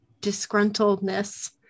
disgruntledness